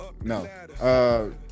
no